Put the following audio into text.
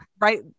right